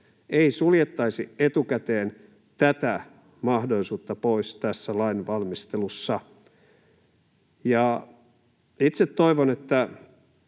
eikä suljettaisi etukäteen tätä mahdollisuutta pois tässä lainvalmistelussa. Itse toivon, että